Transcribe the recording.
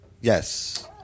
Yes